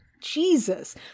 jesus